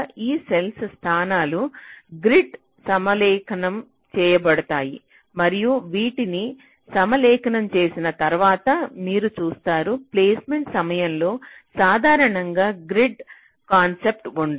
ఈ సెల్స్ స్థానాలు గ్రిడ్కు సమలేఖనం చేయబడతాయి మరియు వీటిని సమలేఖనం చేసిన తర్వాత మీరు చూస్తారు ప్లేస్మెంట్ సమయంలో సాధారణంగా గ్రిడ్ కాన్సెప్ట్ ఉండదు